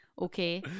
Okay